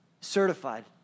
certified